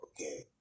okay